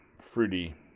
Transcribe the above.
fruity